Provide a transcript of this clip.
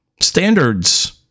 standards